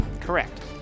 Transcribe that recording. Correct